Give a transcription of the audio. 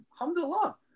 alhamdulillah